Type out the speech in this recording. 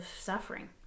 suffering